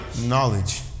Knowledge